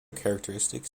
characteristics